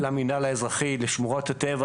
למינהל האזרחי, לשמורת הטבע.